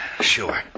sure